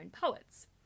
poets